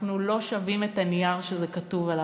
אנחנו לא שווים את הנייר שזה כתוב עליו.